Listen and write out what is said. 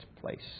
place